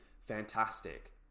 fantastic